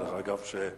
דרך אגב,